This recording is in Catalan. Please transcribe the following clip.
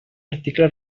article